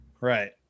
Right